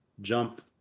jump